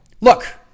Look